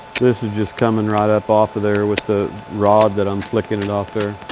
this is just coming right up off of there with the rod that i'm flicking it off there.